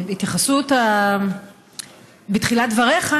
על ההתייחסות בתחילת דבריך,